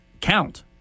Count